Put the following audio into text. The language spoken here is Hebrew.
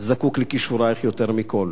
זקוק לכישורייך יותר מכול.